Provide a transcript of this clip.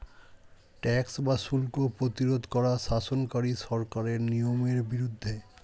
tax বা শুল্ক প্রতিরোধ করা শাসনকারী সরকারের নিয়মের বিরুদ্ধে